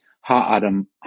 ha'adam